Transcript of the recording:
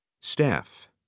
staff